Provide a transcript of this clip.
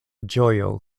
ĝojo